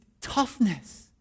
toughness